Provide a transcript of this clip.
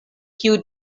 kiu